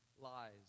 lies